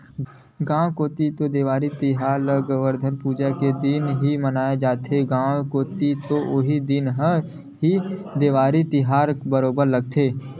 गाँव कोती देवारी तिहार ल गोवरधन पूजा के दिन ही माने जाथे, गाँव कोती तो उही दिन ह ही देवारी तिहार बरोबर लगथे